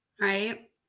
Right